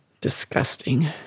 Disgusting